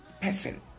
person